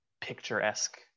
picturesque